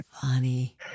funny